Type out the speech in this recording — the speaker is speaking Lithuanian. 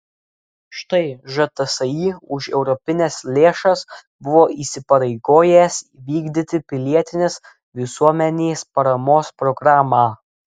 štai žtsi už europines lėšas buvo įsipareigojęs vykdyti pilietinės visuomenės paramos programą